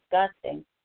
disgusting